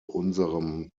unserem